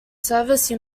service